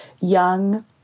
young